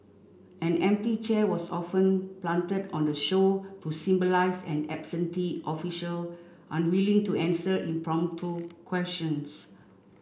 an empty chair was often planted on the show to symbolise an absentee official unwilling to answer impromptu questions